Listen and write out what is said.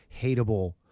hateable